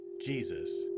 Jesus